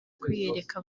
kwiyereka